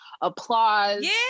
applause